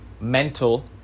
mental